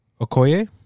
okoye